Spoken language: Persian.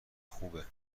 خوبه